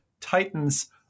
titans